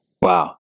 Wow